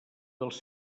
dels